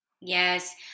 Yes